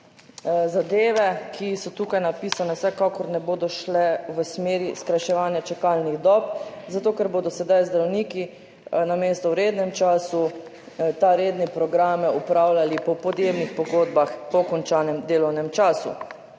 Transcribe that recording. zadeve, ki so tukaj napisane, vsekakor ne bodo šle v smeri skrajševanja čakalnih dob, zato ker bodo sedaj zdravniki namesto v rednem času redne programe opravljali po podjemnih pogodbah po končanem delovnem času.